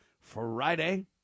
Friday